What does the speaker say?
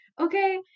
okay